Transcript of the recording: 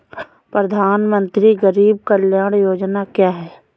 प्रधानमंत्री गरीब कल्याण योजना क्या है?